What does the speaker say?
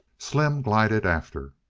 slim glided after.